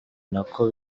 nako